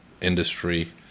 industry